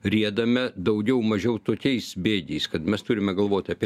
riedame daugiau mažiau tokiais bėgiais kad mes turime galvoti apie